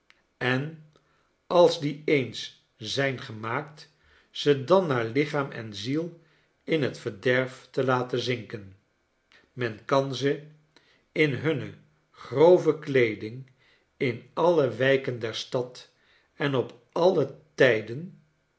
en als die eens zijn gemaakt ze dan naar lichaam en ziel in het verderf te laten zinken men kan ze in hunne grove kleeding in alle wijken der stad en op alle tijden